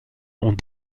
ont